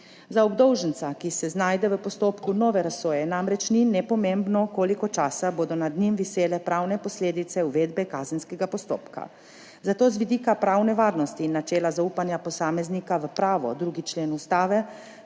Za obdolženca, ki se znajde v postopku nove razsoje, namreč ni nepomembno, koliko časa bodo nad njim visele pravne posledice uvedbe kazenskega postopka. Zato z vidika pravne varnosti in načela zaupanja posameznika v pravo, 2. člen Ustave,